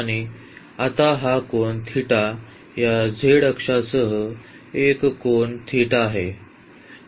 आणि आता हा कोन या z अक्षासह एक कोन आहे